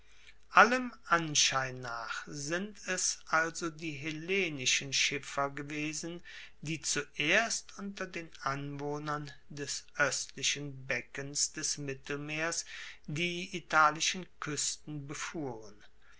allem anschein nach sind es also die hellenischen schiffer gewesen die zuerst unter den anwohnern des oestlichen beckens des mittelmeers die italischen kuesten befuhren